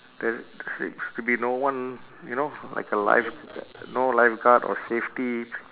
there seems to be no one you know like a lifeg~ no lifeguard or safety